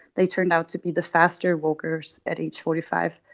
they turned out to be the faster walkers at age forty five.